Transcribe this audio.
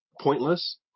pointless